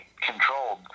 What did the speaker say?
controlled